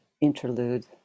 interlude